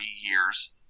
years